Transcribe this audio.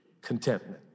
contentment